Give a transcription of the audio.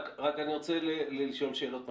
אני רק רוצה לשאול שאלות מכוונות.